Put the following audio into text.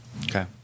Okay